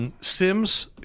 Sims